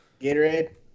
Gatorade